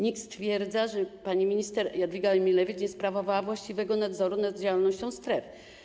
NIK stwierdza, że pani minister Jadwiga Emilewicz nie sprawowała właściwego nadzoru nad działalnością stref.